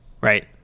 Right